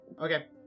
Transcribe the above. Okay